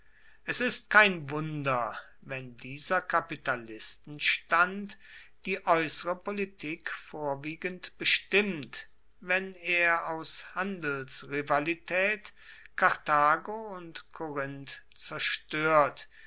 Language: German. es ist kein wunder wenn dieser kapitalistenstand die äußere politik vorwiegend bestimmt wenn er aus handelsrivalität karthago und korinth zerstört